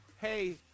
Hey